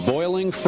Boiling